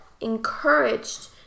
encouraged